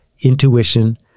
intuition